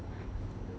okay